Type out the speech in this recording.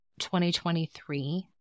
2023